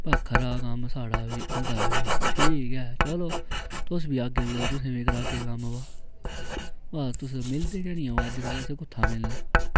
बक्खरा कम्म साढ़ा बी उंदा बी ठीक ऐ चलो तुस बी औगे कुतै तुसेंगी बी करागे कम्म बा तुस मिलदे गै नेईं अजकल असें कुत्थै मिलना